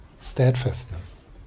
steadfastness